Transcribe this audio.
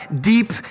deep